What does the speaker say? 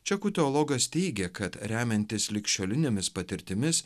čekų teologas teigia kad remiantis ligšiolinėmis patirtimis